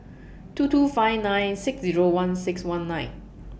two two five nine six Zero one six one nine